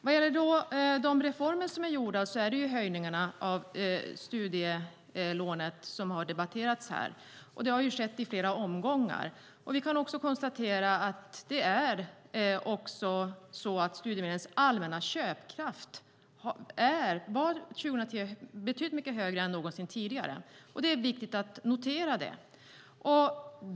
Vad gäller de reformer som är gjorda är det höjningarna av studielånet som har debatterats här. Det har skett i flera omgångar. Vi kan också konstatera att studiemedlets allmänna köpkraft år 2003 var betydligt mycket högre än någonsin tidigare. Det är viktigt att notera det.